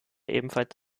ebenfalls